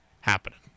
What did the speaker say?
happening